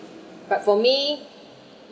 but for me